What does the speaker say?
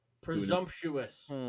Presumptuous